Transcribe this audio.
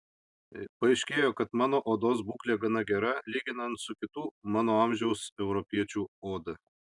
paaiškėjo kad mano odos būklė gana gera lyginant su kitų mano amžiaus europiečių oda